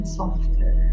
softer